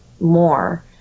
more